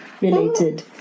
Related